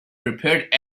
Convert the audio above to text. prepared